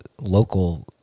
local